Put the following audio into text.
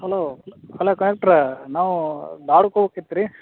hello hello conductor ನಾವು ಧಾರವಾಡಕ್ಕೆ ಹೋಗ್ಬೇಕಿತ್ತು ರಿ